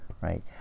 Right